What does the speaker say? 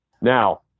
Now